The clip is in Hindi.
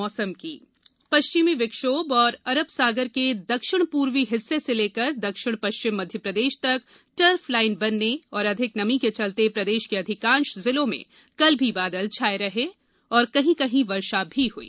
मौसम पश्चिमी विक्षोम और अरब सागर के दक्षिणपूर्वी हिस्से से लेकर दक्षिण पश्चिम मध्यप्रदेश तक टर्फ लाइन बनने और अधिक नमी के चलते प्रदेश के अधिकांश जिलों में कल भी बादल छाए रहे और कहीं कहीं वर्षा भी हुई